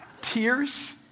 tears